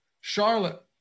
Charlotte